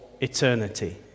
eternity